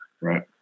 Right